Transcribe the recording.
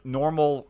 normal